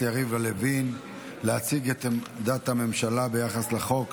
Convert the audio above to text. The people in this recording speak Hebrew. יריב לוין להציג את עמדת הממשלה ביחס לחוק.